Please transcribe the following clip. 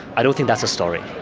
i don't think that's a story.